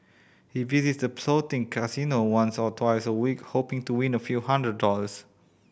he visit the floating casino once or twice a week hoping to win a few hundred dollars